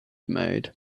made